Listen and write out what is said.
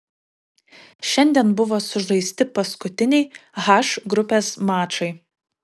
šiandien buvo sužaisti paskutiniai h grupės mačai